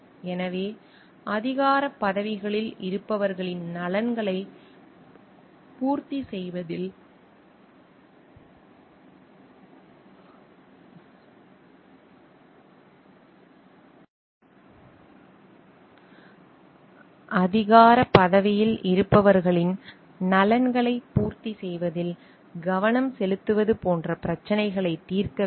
எனவே அதிகாரப் பதவிகளில் இருப்பவர்களின் நலன்களைப் பூர்த்தி செய்வதில் கவனம் செலுத்துவது போன்ற பிரச்சினைகளைத் தீர்க்க வேண்டும்